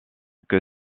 que